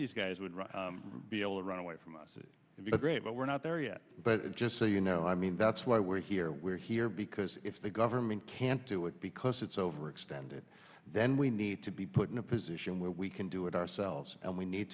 these guys would rather be able to run away from us it would be great but we're not there yet but just so you know i mean that's why we're here we're here because if the government can't do it because it's overextended then we need to be put in a position where we can do it ourselves and we need